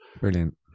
Brilliant